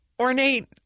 ornate